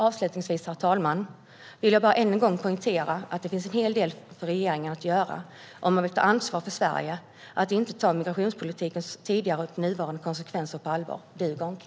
Avslutningsvis, herr talman, vill jag bara än en gång poängtera att det finns en hel del för regeringen att göra om man vill ta ansvar för Sverige. Att inte ta migrationspolitikens tidigare och nuvarande konsekvenser på allvar duger inte.